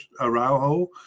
Araujo